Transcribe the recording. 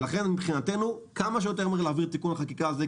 לכן מבחינתנו כמה שיותר מהר להעביר את תיקון החקיקה הזה.